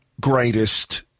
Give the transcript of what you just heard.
greatest